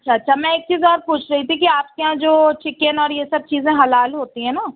اچھا اچھا میں ایک چیز اور پوچھ رہی تھی کہ آپ کے یہاں جو چکن اور یہ سب چیزیں حلال ہوتی ہیں نا